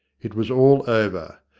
it was all over.